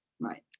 right